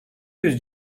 yüz